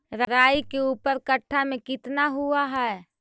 राई के ऊपर कट्ठा में कितना हुआ है?